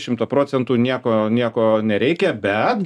šimtą procentų nieko nieko nereikia bet